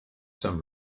some